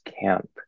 camp